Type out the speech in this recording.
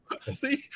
See